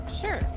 Sure